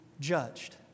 judged